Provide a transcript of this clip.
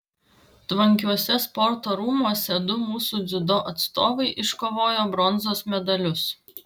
tvankiuose sporto rūmuose du mūsų dziudo atstovai iškovojo bronzos medalius